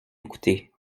écouter